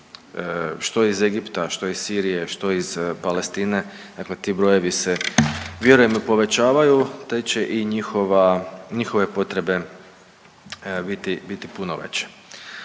Što iz Egipta, što iz Sirije, što iz Palestine, dakle ti brojevi se vjerujem povećavaju te će i njihove potrebe biti, biti puno veće.